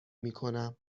میکنم